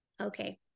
Okay